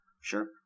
Sure